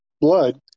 blood